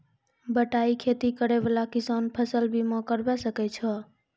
बटाई खेती करै वाला किसान फ़सल बीमा करबै सकै छौ?